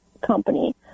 company